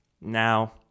now